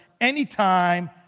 anytime